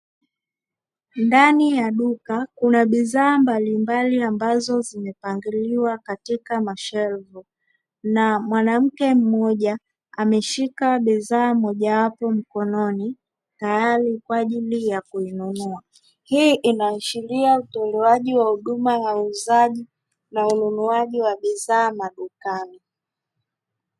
Ndani ya duka kuna bidhaa mbalimbali ambazo zimepangiliwa katika mashelfu na mwanamke mmoja ameshika bidhaa mojawapo mkononi tayari kwa ajili ya kuinunua. Hii inaashiria utolewaji wa huduma ya uuzaji na ununuaji wa bidhaa madukani.